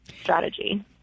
strategy